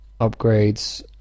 upgrades